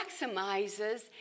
maximizes